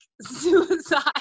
suicide